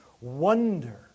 Wonder